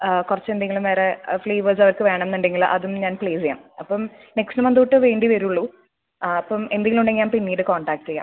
കുറച്ച് എന്തെങ്കിലും വേറെ ഫ്ലേവേഴ്സ് അവർക്ക് വേണമെന്നുണ്ടെങ്കിൽ അതും ഞാൻ പ്ലേസ് ചെയ്യാം അപ്പം നെക്സ്റ്റ് മന്ത് തൊട്ട് വേണ്ടി വരുള്ളൂ ആ അപ്പം എന്തെങ്കിലുമുണ്ടെങ്കിൽ ഞാൻ പിന്നീട് കോൺടാക്റ്റ് ചെയ്യാം